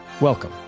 Welcome